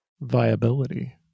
Viability